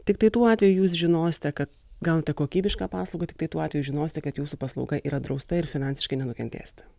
tiktai tuo atveju jūs žinosite kad gaunate kokybišką paslaugą tiktai tuo atveju žinosite kad jūsų paslauga yra drausta ir finansiškai nenukentėsite